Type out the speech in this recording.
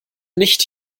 nicht